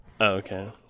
okay